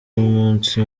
umunsi